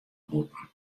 bûten